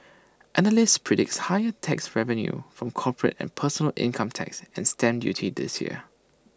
analysts predict higher tax revenue from corporate and personal income tax and stamp duty this year